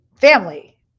family